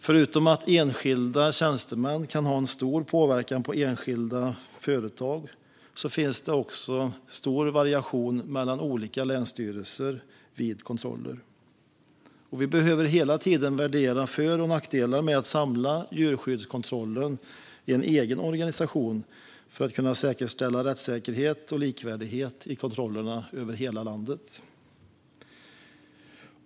Förutom att enskilda tjänstemän kan ha stor påverkan på enskilda företag finns det också stora variationer mellan olika länsstyrelser vid kontroller. Vi behöver hela tiden värdera fördelar och nackdelar med att samla djurskyddskontrollen i en egen organisation för att säkerställa rättssäkerhet och likvärdighet vid kontroller i hela landet.